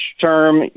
term